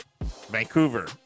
Vancouver